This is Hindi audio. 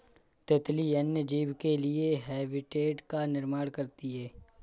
तितली अन्य जीव के लिए हैबिटेट का निर्माण करती है